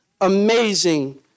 amazing